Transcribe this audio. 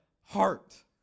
heart